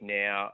now